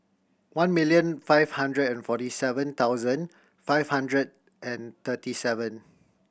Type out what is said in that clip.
one million five hundred and forty seven thousand five hundred and thirty seven